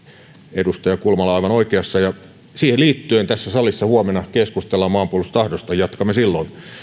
edustaja kulmala on aivan oikeassa ja siihen liittyen tässä salissa huomenna keskustellaan maanpuolustustahdosta ja jatkamme silloin